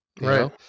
right